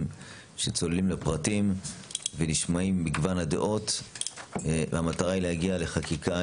שצוללים לפרטים ונשמעות מגוון הדעות והמטרה היא להגיע לחקיקה